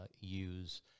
use